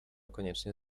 koniecznie